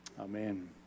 Amen